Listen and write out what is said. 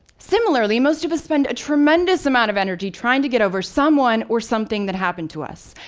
similarly, most of us spend a tremendous amount of energy trying to get over someone or something that happened to us.